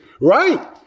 right